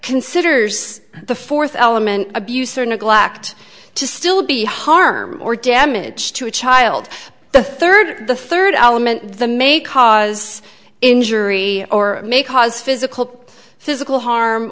considers the fourth element abuse or neglect to still be harm or damage to a child the third the third element the may cause injury or may cause physical physical harm